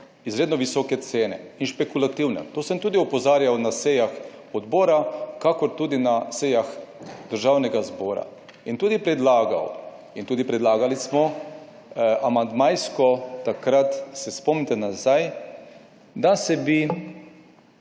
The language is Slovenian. izredno visoke cene in špekulativne. To sem tudi opozarjal na sejah odbora, kakor tudi na sejah Državnega zbora in tudi predlagal in tudi predlagali smo amandmajsko takrat se spomnite nazaj, da se bi